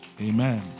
Amen